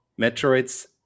Metroid's